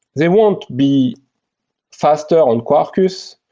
they won't be faster on quarkus,